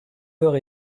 heures